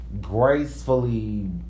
gracefully